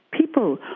People